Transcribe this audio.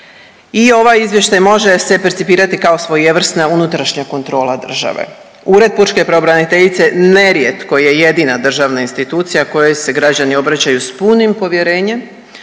I ovaj izvještaj može se percipirati kao svojevrsna unutrašnja kontrola države. Ured pučke pravobraniteljice nerijetko je jedina državna institucija kojoj se građani obraćaju s punim povjerenjem